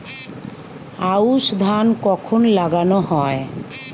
আউশ ধান কখন লাগানো হয়?